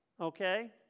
Okay